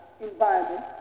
environment